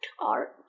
art